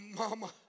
mama